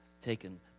taken